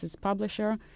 publisher